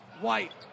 White